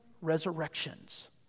resurrections